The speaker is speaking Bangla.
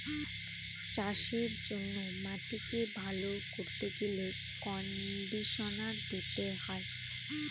চাষের জন্য মাটিকে ভালো করতে গেলে কন্ডিশনার দিতে হয়